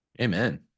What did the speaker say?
amen